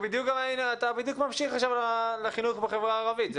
אתה בדיוק ממשיך עכשיו לחינוך בחברה הערבית.